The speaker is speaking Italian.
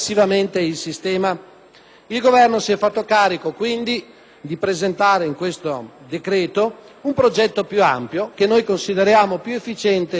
Il Governo si è fatto carico di presentare in questo decreto un progetto più ampio, che noi consideriamo più efficiente e speriamo più efficace: